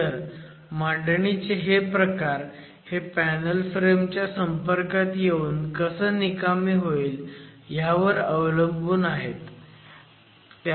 तर मांडणी चे हे प्रकार हे पॅनल फ्रेम च्या संपर्कात येऊन कसं निकामी होईल ह्यावर अवलंबून आहेत